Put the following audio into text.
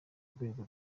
rwego